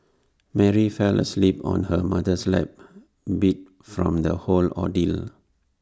Mary fell asleep on her mother's lap beat from the whole ordeal